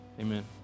Amen